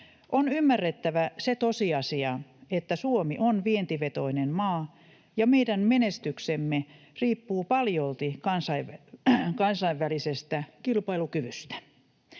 On ymmärrettävä se tosiasia, että Suomi on vientivetoinen maa ja meidän menestyksemme riippuu paljolti kansainvälisestä kilpailukyvystä.